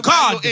God